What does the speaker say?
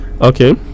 Okay